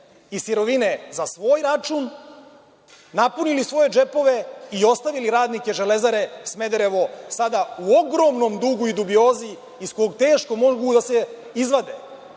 i sirovine za svoj račun, napunili svoje džepove i ostavili radnike „Železare Smederevo“ u ogromnom dugu i dubiozi, iz kog teško mogu da se izvade.